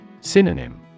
Synonym